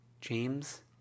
James